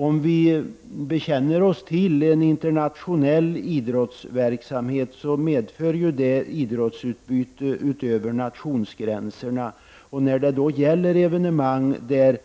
Om vi bekänner oss till en internationell idrottsverksamhet medför det idrottsutbyte över nationsgränserna. Evenemang där